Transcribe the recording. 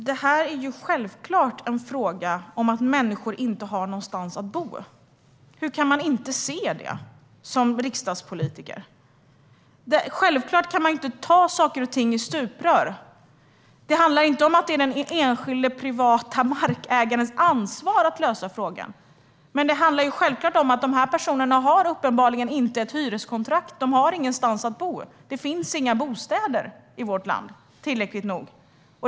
Herr talman! Det är självklart att detta är en fråga om att människor inte har någonstans att bo. Hur kan man som riksdagspolitiker inte se det? Man kan inte ta saker och ting i stuprör. Det är inte den enskilda privata markägarens ansvar att lösa frågan, men det är uppenbart att det handlar om personer som inte har någonstans att bo. De har inget hyreskontrakt, och det finns inte tillräckligt med bostäder i vårt land.